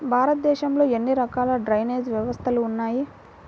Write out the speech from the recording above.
భారతదేశంలో ఎన్ని రకాల డ్రైనేజ్ వ్యవస్థలు ఉన్నాయి?